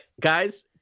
Guys